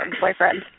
Boyfriend